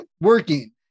working